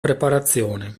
preparazione